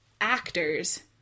actors